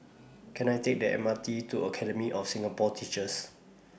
Can I Take The M R T to Academy of Singapore Teachers